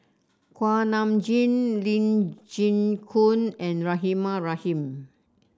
Kuak Nam Jin Lee Chin Koon and Rahimah Rahim